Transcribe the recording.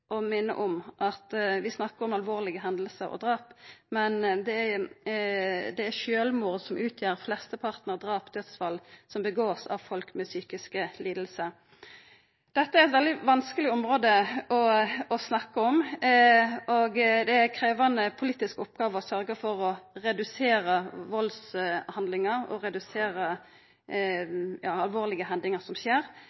om at vi snakkar om alvorlege hendingar og drap. Men det er sjølvmord som utgjer flesteparten av drapa og dødsfalla som vert utførte av folk med psykiske lidingar. Dette er eit veldig vanskeleg område å snakka om. Det er ei krevjande politisk oppgåve å sørgja for å redusera valdshandlingar, og å redusera